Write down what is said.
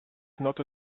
not